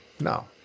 no